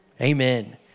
amen